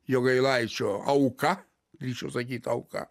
jogailaičio auka galėčiau sakyt auka